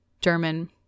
German